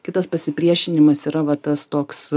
kitas pasipriešinimas yravat tas toks